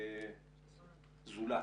ממכון זולת,